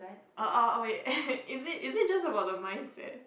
err wait is it is it just about the mindset